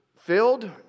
filled